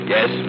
Yes